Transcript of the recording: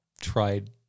tried